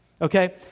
Okay